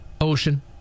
Ocean